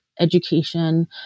education